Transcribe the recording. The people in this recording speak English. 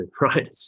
right